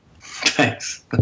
Thanks